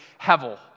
hevel